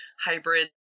hybrid